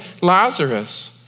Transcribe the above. Lazarus